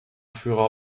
führer